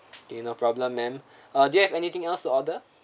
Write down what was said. okay no problem ma'am uh do you have anything else to order